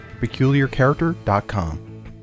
peculiarcharacter.com